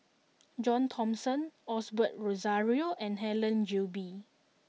John Thomson Osbert Rozario and Helen Gilbey